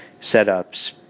setups